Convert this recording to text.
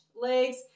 legs